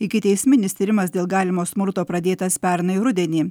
ikiteisminis tyrimas dėl galimo smurto pradėtas pernai rudenį